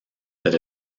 that